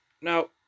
Now